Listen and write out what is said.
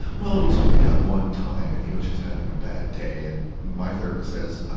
well, it was only that one time, and he was just having a bad day. and my therapist says,